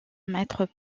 mètres